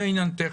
שזה עניין טכני?